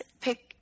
pick